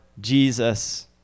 Jesus